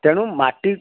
ତେଣୁ ମାଟି